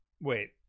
wait